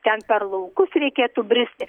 ten per laukus reikėtų bristi